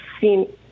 seen